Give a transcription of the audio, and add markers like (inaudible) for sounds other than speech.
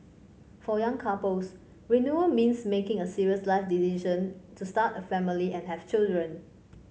for young couples (unintelligible) means making a serious life decision to start a family and have children